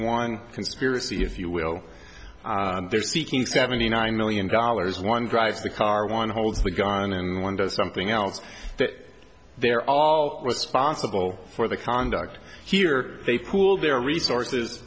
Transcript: one conspiracy if you will they're seeking seventy nine million dollars one drives the car one holds the gone and one does something else that they're all responsible for the conduct here they pooled their resources